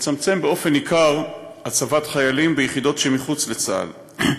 לצמצם באופן ניכר הצבת חיילים ביחידות שמחוץ לצה״ל,